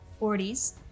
40s